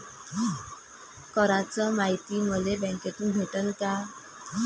कराच मायती मले बँकेतून भेटन का?